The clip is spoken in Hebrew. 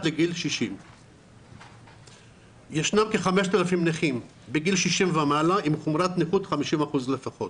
לגיל 60. ישנם כ-5,000 נכים בגיל 60 ומעלה עם חומרת נכות של 50% לפחות.